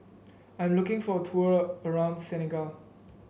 I'm looking for a tour around Senegal